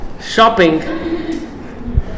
shopping